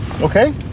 okay